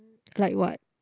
like what